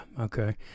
Okay